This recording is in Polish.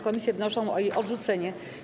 Komisje wnoszą o jej odrzucenie.